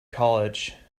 college